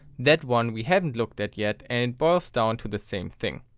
that one we haven't looked at yet and boils down to the same thing.